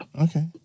Okay